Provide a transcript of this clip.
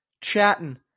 chatting